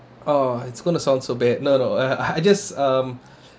oh it's going to sound so bad no no I I just um